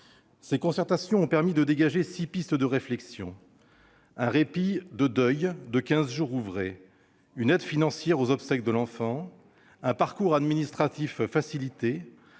Ces concertations ont permis de dégager six pistes de réflexion : un répit de deuil de quinze jours ouvrés, une aide financière aux obsèques de l'enfant, un parcours administratif facilité,